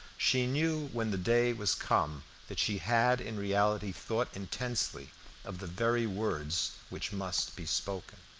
she knew when the day was come that she had in reality thought intensely of the very words which must be spoken.